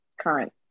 current